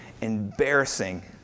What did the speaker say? embarrassing